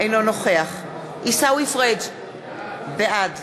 אינו נוכח עיסאווי פריג' בעד